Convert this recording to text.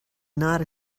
not